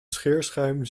scheerschuim